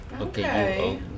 okay